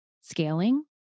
scaling